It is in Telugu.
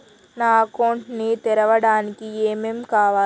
నా అకౌంట్ ని తెరవడానికి ఏం ఏం కావాలే?